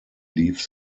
leave